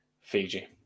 Fiji